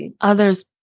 others